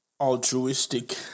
altruistic